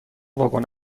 واگن